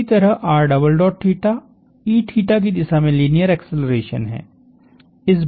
इसी तरह की दिशा में लीनियर एक्सेलरेशन है